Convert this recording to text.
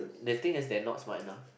the thing is they not smart you know